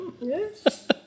Yes